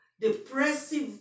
depressive